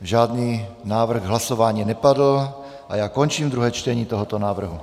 Žádný návrh hlasování nepadl a já končím druhé čtení tohoto návrhu.